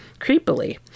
Creepily